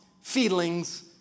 feelings